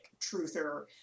truther